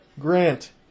Grant